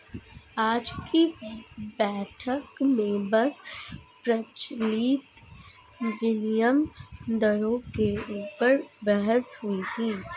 आज की बैठक में बस प्रचलित विनिमय दरों के ऊपर बहस हुई थी